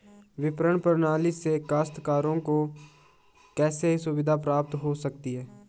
विपणन प्रणाली से काश्तकारों को कैसे सुविधा प्राप्त हो सकती है?